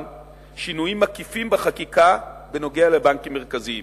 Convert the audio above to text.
שינויים מקיפים בחקיקה בנוגע לבנקים מרכזיים.